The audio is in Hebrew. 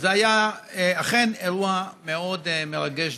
וזה אכן היה אירוע מאוד מרגש,